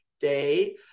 day